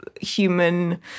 human